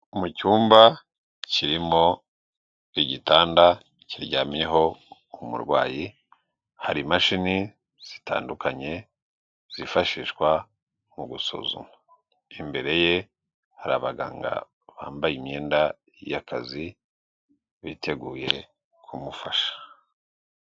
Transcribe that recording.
Mu cyumba kirimo igitanda kiryamyeho murwayi, hari imashini zitandukanye zifashishwa mu gusuzuma. Imbere ye, hari abaganga bambaye imyenda y'akazi biteguye kumufasha